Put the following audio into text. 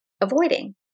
avoiding